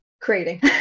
creating